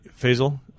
Faisal